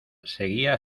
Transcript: seguía